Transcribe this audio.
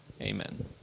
Amen